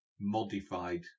modified